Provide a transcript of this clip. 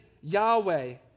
Yahweh